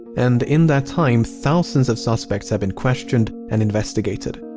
and, in that time, thousands of suspects have been questioned and investigated.